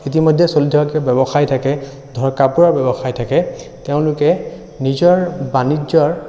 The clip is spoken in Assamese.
ইতিমধ্যে চলি থকা কিবা ব্যৱসায় থাকে ধৰক কাপোৰৰ ব্যৱসায় থাকে তেওঁলোকে নিজৰ বাণিজ্যৰ